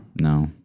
No